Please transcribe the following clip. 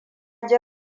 ji